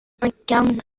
incarnent